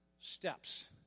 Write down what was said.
steps